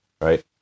right